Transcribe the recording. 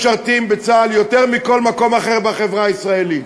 משרתים בצה"ל יותר מבכל מקום אחר בחברה הישראלית,